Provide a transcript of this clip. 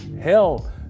Hell